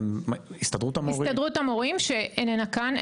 הסתדרות המורים, שאינם כאן.